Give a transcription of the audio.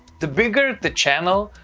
the bigger the channel,